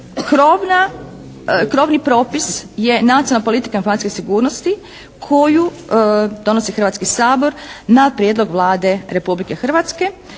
Krobni propis je nacionalna politika informacijske sigurnosti koju donosi Hrvatski sabor na prijedlog Vlade Republike Hrvatske